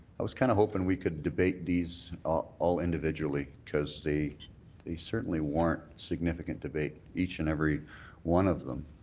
i was kind of hoping we could debate these all individually, because they they certainly warrant significant debate each and every one of them.